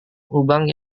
lubang